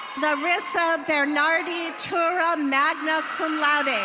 larissa bernardi turra, magna cum laude. ah